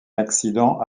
accident